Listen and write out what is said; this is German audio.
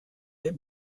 der